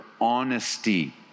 honesty